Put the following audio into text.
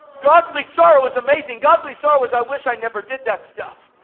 godly sorrow is amazing. godly sorrow is, i wish i'd never did that stuff.